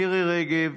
מירי מרים רגב,